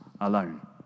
alone